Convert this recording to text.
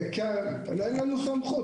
אין לנו סמכות.